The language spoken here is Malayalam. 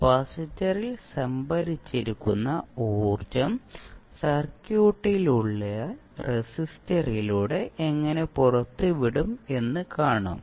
കപ്പാസിറ്ററിൽ സംഭരിച്ചിരിക്കുന്ന ഊർജ്ജം സർക്യൂട്ടിലുള്ള റെസിസ്റ്ററിലൂടെ എങ്ങനെ പുറത്തുവിടും എന്ന് കാണും